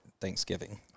Thanksgiving